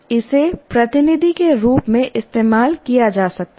इसे प्रतिनिधि के रूप में इस्तेमाल किया जा सकता है